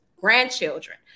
grandchildren